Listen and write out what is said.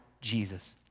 Jesus